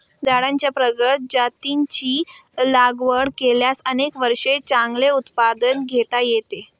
झाडांच्या प्रगत जातींची लागवड केल्यास अनेक वर्षे चांगले उत्पादन घेता येते